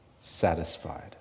satisfied